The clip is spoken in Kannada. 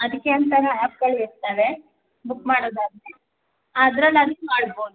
ಅದಕ್ಕೆ ಅಂತಾನೇ ಆ್ಯಪ್ಗಳು ಇರ್ತವೆ ಬುಕ್ ಮಾಡೋದಾದರೆ ಅದ್ರಲಾದ್ರು ಮಾಡ್ಬೌದು